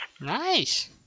Nice